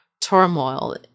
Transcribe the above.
turmoil